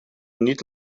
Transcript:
niet